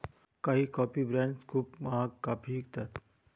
काही coffee brands खूप महाग कॉफी विकतात